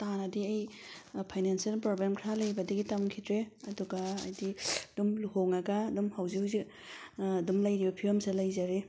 ꯇꯥꯅꯗꯤ ꯑꯩ financial problem ꯈꯔ ꯂꯩꯕꯗꯒꯤ ꯇꯝꯈꯤꯗ꯭ꯔꯦ ꯑꯗꯨꯒ ꯍꯥꯏꯗꯤ ꯑꯗꯨꯝ ꯂꯨꯍꯣꯡꯉꯒ ꯑꯗꯨꯝ ꯍꯧꯖꯤꯛ ꯍꯧꯖꯤꯛ ꯑꯗꯨꯝ ꯂꯩꯔꯤꯕ ꯐꯤꯕꯝꯁꯤꯗ ꯂꯩꯖꯔꯦ